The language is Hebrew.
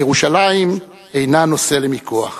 כי ירושלים אינה נושא למיקוח".